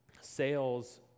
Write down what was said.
sales